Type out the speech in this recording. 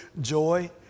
joy